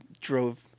drove